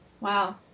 Wow